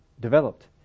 developed